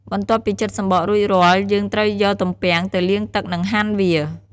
បន្ទាប់ពីចិតសំបករួចរាល់ យើងត្រូវយកទំពាំងទៅលាងទឹក និងហាន់វា។